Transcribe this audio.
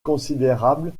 considérable